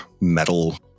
metal